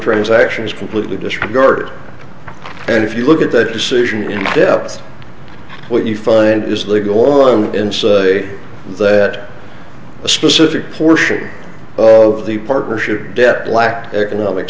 transaction is completely disregarded and if you look at that decision in depth what you find is they go on in say that a specific portion of the partnership debt black economic